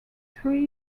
three